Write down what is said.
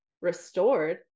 Restored